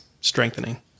strengthening